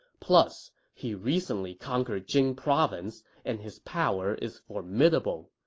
plus, he recently conquered jing province and his power is formidable.